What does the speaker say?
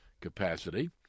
capacity